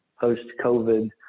post-COVID